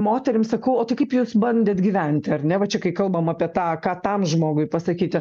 moterim sakau o tai kaip jūs bandėt gyventi ar ne va čia kai kalbam apie tą ką tam žmogui pasakyti